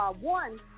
One